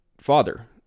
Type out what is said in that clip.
father